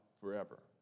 forever